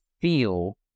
feel